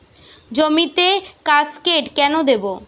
জমিতে কাসকেড কেন দেবো?